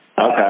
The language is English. Okay